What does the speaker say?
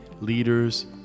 leaders